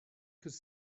could